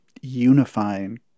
unifying